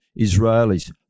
Israelis